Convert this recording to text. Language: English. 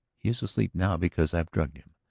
he is asleep now because i have drugged him.